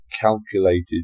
calculated